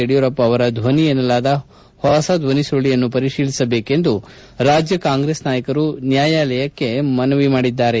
ಯಡಿಯೂರಪ್ಷ ಅವರ ಧ್ಲನಿ ಎನ್ನಲಾದ ಹೊಸ ಧ್ವನಿಸುರುಳಿಯನ್ನು ಪರಿತೀಲಿಸಬೇಕೆಂದು ರಾಜ್ಯ ಕಾಂಗ್ರೆಸ್ ನಾಯಕರು ನ್ನಾಯಾಲಯಕ್ಷಿ ಮನವಿ ಮಾಡಿದ್ದಾರೆ